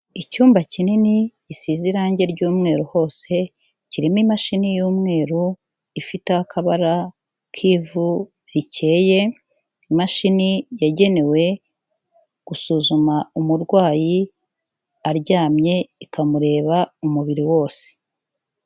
Icyumba kinini gisize irangi ry'umweru hose, kirimo imashini y'umweru ifite akabara k'ivu rikeye, imashini yagenewe gusuzuma umurwayi aryamye, ikamureba umubiri wose.